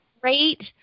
great